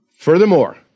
Furthermore